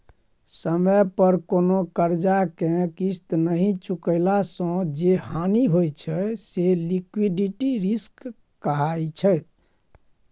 समय पर कोनो करजा केँ किस्त नहि चुकेला सँ जे हानि होइ छै से लिक्विडिटी रिस्क कहाइ छै